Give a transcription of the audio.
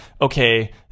okay